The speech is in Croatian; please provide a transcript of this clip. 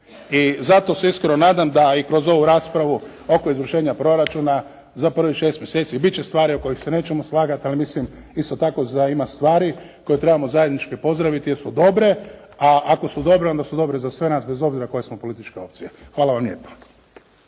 I zato se iskreno nadam da i kroz ovu raspravu oko izvršenja proračuna za prvih 6 mjeseci biti će stvari oko kojih se nećemo slagati, ali mislim isto tako da ima stvari koje trebamo zajednički pozdraviti jer su dobre, a ako su dobre onda su dobre za sve nas bez obzira koja smo politička opcija. Hvala vam lijepo.